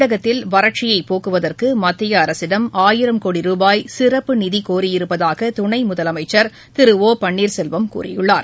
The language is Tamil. தமிழகத்தில் வறட்சியைப் போக்குவதற்குமத்தியஅரசிடம் ஆயிரம் கோடி ரூபாய் நிதிகோரியிருப்பதாகதுணைமுதலமைச்சர் திரு ஓ பன்னீர்செல்வம் கூறியுள்ளார்